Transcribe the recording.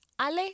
Ale